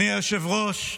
אדוני היושב-ראש,